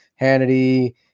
Hannity